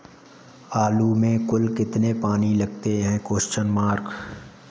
आलू में कुल कितने पानी लगते हैं?